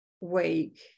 wake